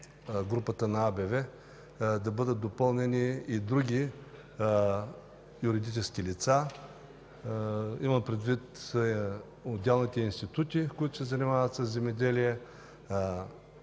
групата на АБВ, да бъдат допълнени и други юридически лица, имам предвид отделни институти, които се занимават със земеделие,